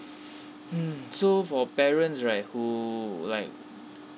hmm so for parents right who like